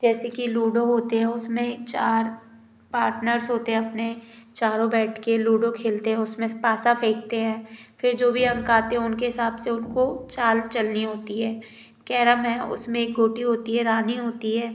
जैसे कि लूडो होते हैं उसमें चार पार्टनर्स होते हैं अपने चारों बैठ के लूडो खेलते हैं उसमें पासा फेंकते हैं फिर जो भी अंक आते हैं उसके हिसाब से उनको चाल चलनी होती है कैरम उसमें गोटी होती है रानी होती है